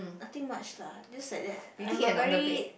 nothing much lah just like that I'm a very